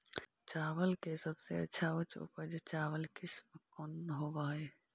चावल के सबसे अच्छा उच्च उपज चावल किस्म कौन होव हई?